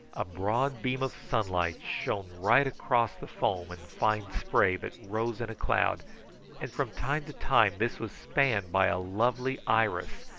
a broad beam of sunlight shone right across the foam and fine spray that rose in a cloud, and from time to time this was spanned by a lovely iris,